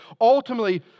ultimately